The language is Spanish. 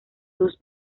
dos